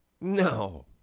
No